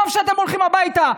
טוב שאתם הולכים הביתה.